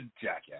jackass